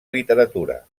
literatura